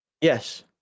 Yes